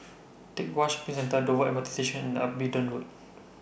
Teck Whye Shopping Centre Dover M R T Station and Abingdon Road